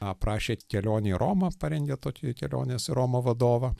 aprašė kelionę į romą parengė tokį kelionės į romą vadovą